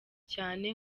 cyane